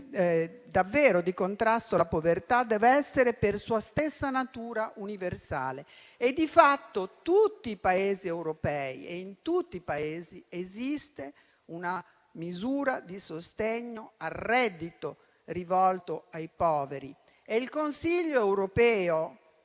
davvero di contrasto alla povertà deve essere per sua stessa natura universale e, di fatto, in tutti i Paesi europei esiste una misura di sostegno al reddito rivolta ai poveri. Il Consiglio europeo,